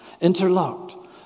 interlocked